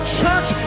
church